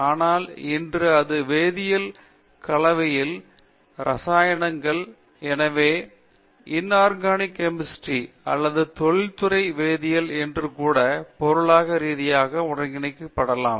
ஆனால் இன்று இது வேதியியல் கலவையல்ல ரசாயனங்கள் எனவே இன்ஆர்கானிக் கெமிஸ்ட்ரி அல்லது தொழில்துறை வேதியியல் என்று கூட பொருளாதார ரீதியாக ஒருங்கிணைக்கப்படலாம்